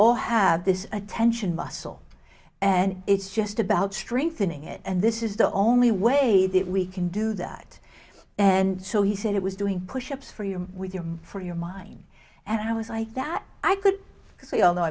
all have this attention muscle and it's just about strengthening it and this is the only way that we can do that and so he said it was doing pushups for you with your for your mind and i was i that i could see although